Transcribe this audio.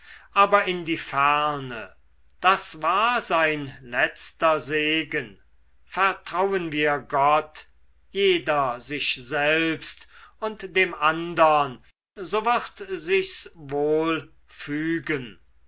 aber in die ferne das war sein letzter segen vertrauen wir gott jeder sich selbst und dem andern so wird sich's wohl fügen